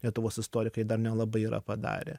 lietuvos istorikai dar nelabai yra padarę